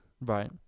right